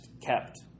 kept